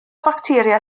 facteria